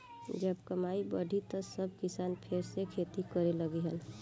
जब कमाई बढ़ी त सब किसान फेर से खेती करे लगिहन